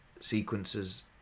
sequences